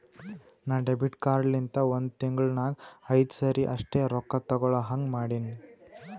ನಾ debit card ಲಿಂತ ಒಂದ್ ತಿಂಗುಳ ನಾಗ್ ಐಯ್ದು ಸರಿ ಅಷ್ಟೇ ರೊಕ್ಕಾ ತೇಕೊಳಹಂಗ್ ಮಾಡಿನಿ